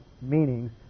meanings